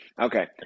Okay